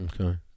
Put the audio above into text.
Okay